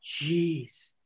jeez